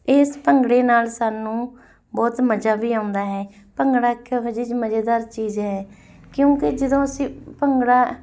ਇਸ ਭੰਗੜੇ ਨਾਲ ਸਾਨੂੰ ਬਹੁਤ ਮਜ਼ਾ ਵੀ ਆਉਂਦਾ ਹੈ ਭੰਗੜਾ ਇੱਕ ਏਹੋ ਜਿਹੀ ਚ ਮਜ਼ੇਦਾਰ ਚੀਜ਼ ਹੈ ਕਿਉਂਕਿ ਜਦੋਂ ਅਸੀਂ ਭੰਗੜਾ